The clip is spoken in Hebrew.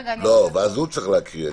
ואז הוא צריך להקריא.